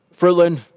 Fruitland